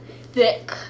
Thick